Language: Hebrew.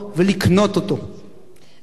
תודה רבה לך, חבר הכנסת אורי אורבך.